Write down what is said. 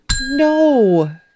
No